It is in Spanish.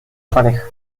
pareja